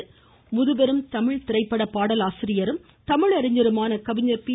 முத்துசாமி முதுபெரும் தமிழ் திரைப்பட பாடலாசிரியரும் தமிழ் அறிஞருமான கவிஞர் பி